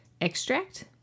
extract